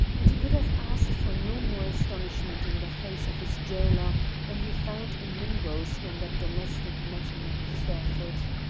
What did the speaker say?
and he could have asked for no more astonishment in the face of his jailer than he found in mungo's when that domestic met him at the stair-foot.